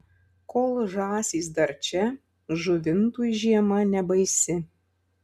kol žąsys dar čia žuvintui žiema nebaisi